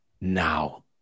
Now